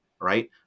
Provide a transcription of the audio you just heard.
Right